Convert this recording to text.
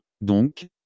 Donc